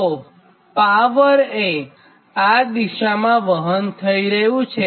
તો પાવર એ આ દિશામાં વહન થઇ રહ્યું છે